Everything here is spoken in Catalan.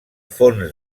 fons